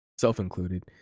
Self-included